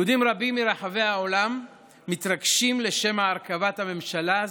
יהודים רבים ברחבי העולם מתרגשים לשמע הרכבת הממשלה הזאת,